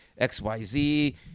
XYZ